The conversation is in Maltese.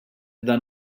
dan